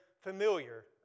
familiar